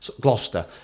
Gloucester